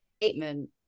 Statement